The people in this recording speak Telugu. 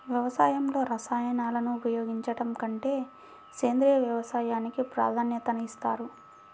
వ్యవసాయంలో రసాయనాలను ఉపయోగించడం కంటే సేంద్రియ వ్యవసాయానికి ప్రాధాన్యత ఇస్తారు